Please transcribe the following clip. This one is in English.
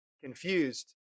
confused